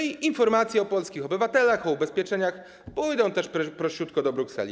Informacje o polskich obywatelach, o ubezpieczeniach trafią też prościutko do Brukseli.